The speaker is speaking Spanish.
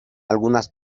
algunas